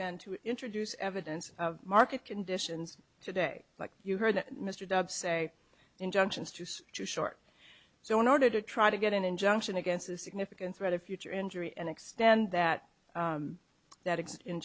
been to introduce evidence of market conditions today like you heard mr dobbs say injunctions to use too short so in order to try to get an injunction against a significant threat of future injury and extend that that